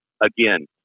again